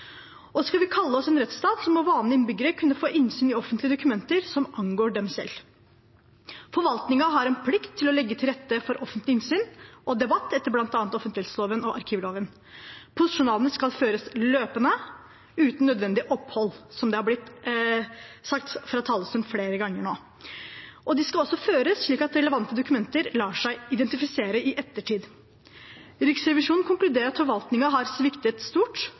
vi skal kunne kalle oss en rettsstat, må vanlige innbyggere kunne få innsyn i offentlige dokumenter som angår dem selv. Forvaltningen har en plikt til å legge til rette for offentlig innsyn og debatt, etter bl.a. offentlighetsloven og arkivloven. Postjournalene skal føres løpende, uten ugrunnet opphold, slik det er blitt sagt fra talerstolen flere ganger nå. De skal også føres slik at relevante dokumenter lar seg identifisere i ettertid. Riksrevisjonen konkluderer med at forvaltningen har sviktet stort.